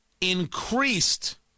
increased